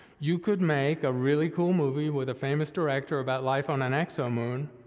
you could make a really cool movie with a famous director about life on an exomoon,